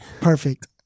perfect